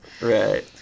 Right